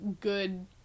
good